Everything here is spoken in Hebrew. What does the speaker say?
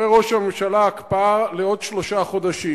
אומר ראש הממשלה: הקפאה לעוד שלושה חודשים.